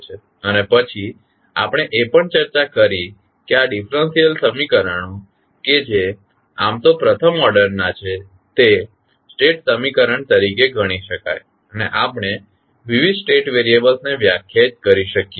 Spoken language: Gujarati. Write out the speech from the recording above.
અને પછી આપણે એ પણ ચર્ચા કરી કે આ ડીફરન્સીયલ સમીકરણો કે જે આમ તો પ્રથમ ઓર્ડરના છે તે સ્ટેટ સમીકરણ તરીકે ગણી શકાય અને આપણે વિવિધ સ્ટેટ વેરીયબલ્સ ને વ્યાખ્યાયિત કરી શકીએ